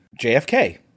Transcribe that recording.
JFK